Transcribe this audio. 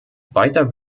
weiter